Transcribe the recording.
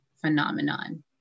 phenomenon